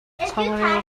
changreu